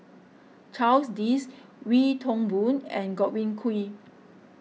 Charles Dyce Wee Toon Boon and Godwin Koay